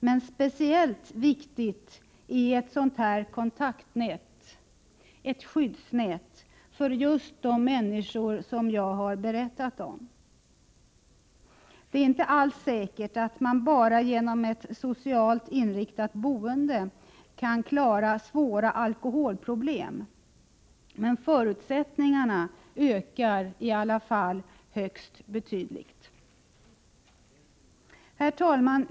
Men speciellt viktigt är ett sådant här kontaktnät, skyddsnät, för just de människor som jag har berättat om. Det är inte alls säkert att man bara genom ett socialt inriktat boende kan klara svåra alkoholproblem, men förutsättningarna att lyckas ökar i alla fall högst betydligt. Herr talman!